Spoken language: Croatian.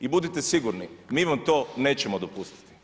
I budite sigurni, mi vam to nećemo dopustiti.